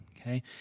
okay